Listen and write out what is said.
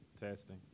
Testing